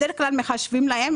בדרך כלל מחשבים להם,